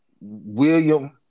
William